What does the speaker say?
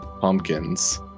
Pumpkins